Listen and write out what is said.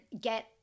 get